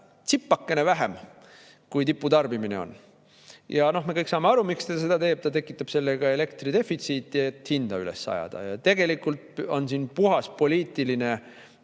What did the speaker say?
tsipakene vähem, kui on tiputarbimine. Me kõik saame aru, miks ta seda teeb: ta tekitab sellega elektridefitsiiti, et hinda üles ajada. Tegelikult peaks siin olema puhas poliitiline